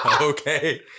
okay